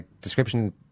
description